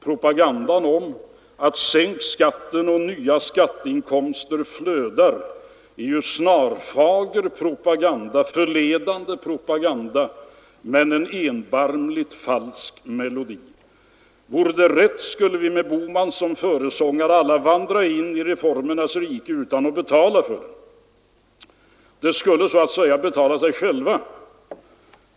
Propagandan ”sänk skatten och nya skatteinkomster flödar” är snarfager, förledande propaganda men en erbarmligt falsk melodi. Vore det rätt skulle vi med herr Bohman som försångare alla vandra in i reformernas rike utan att behöva betala för dem — de skulle så att säga betala sig själva.